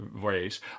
ways